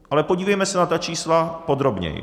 Ale podívejme se na ta čísla podrobněji.